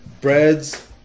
bread's